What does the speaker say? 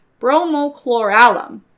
Bromochloralum